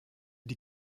die